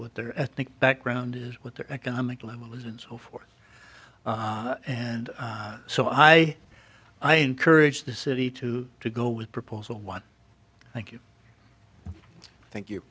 what their ethnic background is what their economic level is and so forth and so i i encourage the city to to go with proposal one thank you thank you